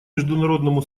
международному